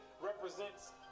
represents